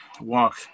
walk